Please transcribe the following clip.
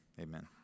Amen